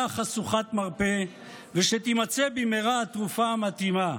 חשוכת מרפא ושתימצא במהרה התרופה המתאימה.